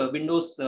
Windows